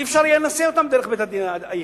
אי-אפשר יהיה להשיא אותם דרך בית-הדין הייחודי.